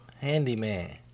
Handyman